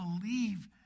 believe